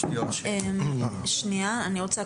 אני רוצה,